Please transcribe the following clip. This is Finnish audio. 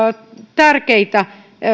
tärkeitä